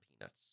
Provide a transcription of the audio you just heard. peanuts